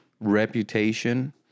reputation